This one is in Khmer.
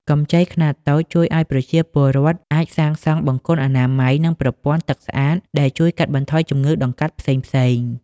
កម្ចីខ្នាតតូចជួយឱ្យប្រជាពលរដ្ឋអាចសាងសង់បង្គន់អនាម័យ និងប្រព័ន្ធទឹកស្អាត ដែលជួយកាត់បន្ថយជំងឺដង្កាត់ផ្សេងៗ។